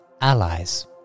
allies